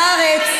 בארץ,